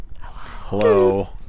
Hello